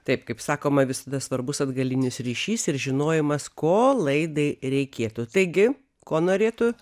taip kaip sakoma visada svarbus atgalinis ryšys ir žinojimas ko laidai reikėtų taigi ko norėtų